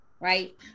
right